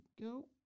go